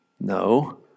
No